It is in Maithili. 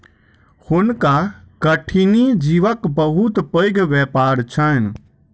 हुनका कठिनी जीवक बहुत पैघ व्यापार छैन